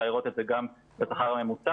אפשר לראות את זה גם בשכר הממוצע,